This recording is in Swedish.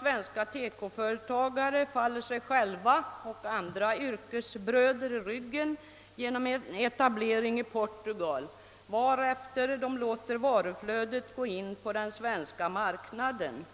Svenska TEKO företagare faller sig själva och andra yrkesbröder i ryggen genom etablering i Portugal, varefter de låter varuflödet gå in på den svenska marknaden.